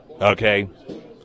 okay